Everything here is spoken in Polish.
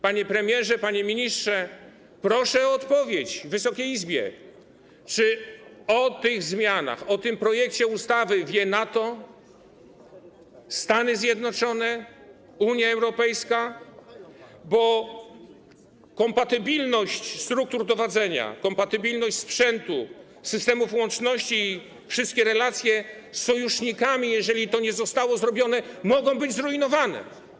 Panie premierze, panie ministrze, proszę odpowiedzieć Wysokiej Izbie, czy o tych zmianach, o tym projekcie ustawy wie NATO, Stany Zjednoczone, Unia Europejska, bo kompatybilność struktur dowodzenia, kompatybilność sprzętu, systemów łączności i wszystkie relacje z sojusznikami, jeżeli to nie zostało zrobione, mogą być zrujnowane.